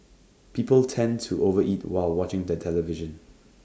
people tend to over eat while watching the television